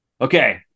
Okay